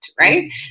right